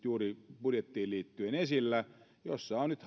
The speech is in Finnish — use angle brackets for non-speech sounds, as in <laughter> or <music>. juuri budjettiin liittyen esillä kolme erilaista lakiesitystä joissa ollaan nyt <unintelligible>